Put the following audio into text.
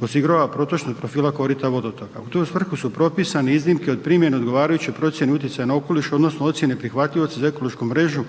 osigurava protočnost profila korita vodotoka. U tu svrhu su propisane iznimke od primjene odgovarajuće procijene utjecaja na okoliš odnosno ocijene prihvatljivosti za ekološku mrežu